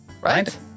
right